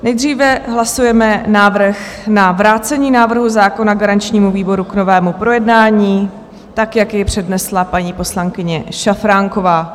Nejdříve hlasujeme návrh na vrácení návrhu zákona garančnímu výboru k novému projednání, jak jej přednesla paní poslankyně Šafránková.